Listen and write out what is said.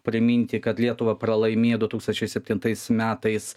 priminti kad lietuva pralaimėjo du tūkstančiai septintais metais